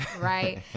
right